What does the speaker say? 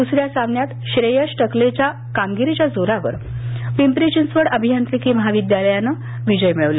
द्स या सामन्यात श्रेयस टकलेच्या कामगिरीच्या जोरावर पिपंरी चिंचवड अभियांत्रिकी महाविद्यालयानं विजय मिऴवला